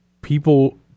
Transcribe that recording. people